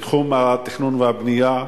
בתחום התכנון והבנייה,